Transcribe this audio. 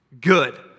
good